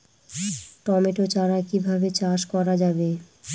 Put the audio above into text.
Tomato চারা কিভাবে চাষ করা যাবে?